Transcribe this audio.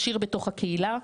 ישיר בתוך הקהילה.